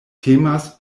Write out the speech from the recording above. temas